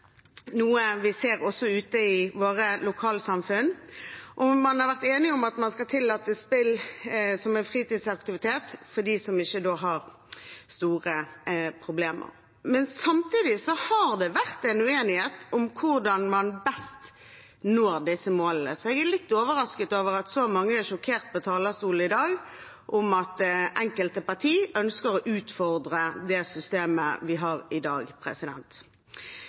noe vi ser også ute i våre lokalsamfunn, og man har vært enige om at man skal tillate spill som en fritidsaktivitet for dem som ikke har store problemer. Men samtidig har det vært en uenighet om hvordan man best når disse målene, så jeg er litt overrasket over at så mange på talerstolen her i dag er sjokkerte over at enkelte partier ønsker å utfordre det systemet vi har i dag.